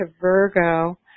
Virgo